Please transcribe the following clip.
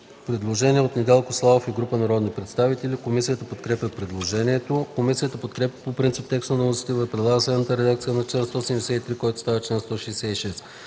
предложение от Недялко Славов и група народни представители. Комисията подкрепя предложението. Комисията подкрепя по принцип текста на вносителя и предлага следната редакция на чл. 173, който става чл.